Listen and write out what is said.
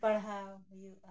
ᱚᱞ ᱯᱟᱲᱦᱟᱣ ᱦᱩᱭᱩᱜᱼᱟ